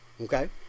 Okay